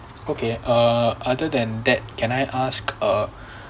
okay uh other than that can I ask uh